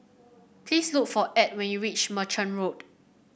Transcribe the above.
please look for Edw when you reach Merchant Road